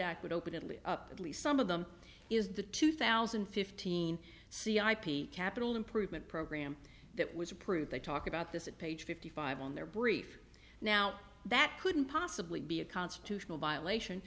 act would open it up at least some of them is the two thousand and fifteen c ip capital improvement program that was approved they talk about this at page fifty five on their brief now that couldn't possibly be a constitutional violation